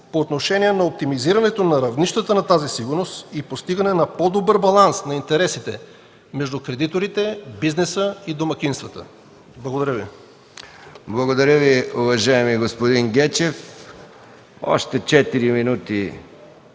по отношение на оптимизирането на равнищата на тази сигурност и постигането на по-добър баланс на интересите между кредиторите, бизнеса и домакинствата. Благодаря Ви. ПРЕДСЕДАТЕЛ МИХАИЛ МИКОВ: Благодаря Ви, уважаеми господин Гечев. Още четири